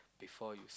before you